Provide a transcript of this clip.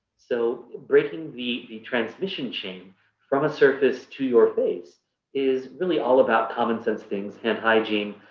so breaking the the transmission change from a surface to your face is really all about commonsense things, and hygiene.